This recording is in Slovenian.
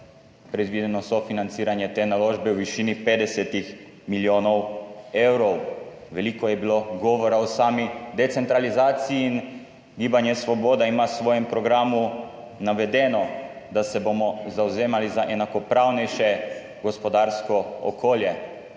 predvideno sofinanciranje te naložbe v višini 50 milijonov evrov. Veliko je bilo govora o sami decentralizaciji in Gibanje Svoboda ima v svojem programu navedeno, da se bomo zavzemali za enakopravnejše gospodarsko okolje.